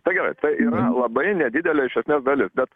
tai gerai tai yra labai nedidelė iš esmės dalis bet